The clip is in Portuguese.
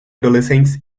adolescentes